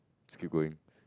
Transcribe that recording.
just keep going